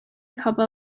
pobl